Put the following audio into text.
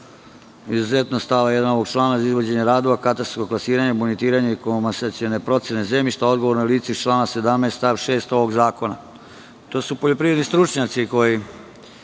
izuzetno od stava 1. ovog člana: za izvođenje radova katastarskog klasiranja, montiranja i komasacione procene zemljišta odgovorno je lice iz člana 17. stav 6. ovog zakona. To su poljoprivredni stručnjaci koji